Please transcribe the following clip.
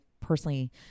personally